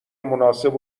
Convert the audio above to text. مناسب